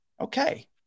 okay